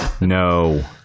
No